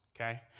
okay